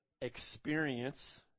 experience